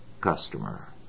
customer